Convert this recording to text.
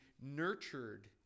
nurtured